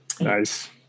Nice